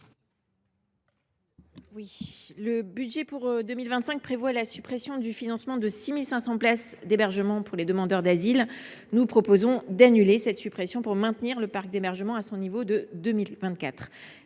de budget pour 2025, de supprimer le financement de 6 500 places d’hébergement pour les demandeurs d’asile. Nous proposons d’annuler cette suppression pour maintenir le parc d’hébergement à son niveau de 2024.